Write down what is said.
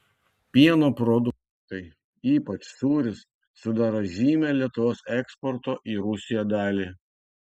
pieno produktai ypač sūris sudaro žymią lietuvos eksporto į rusiją dalį